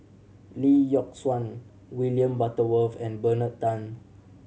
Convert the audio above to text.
Lee Yock Suan William Butterworth and Bernard Tan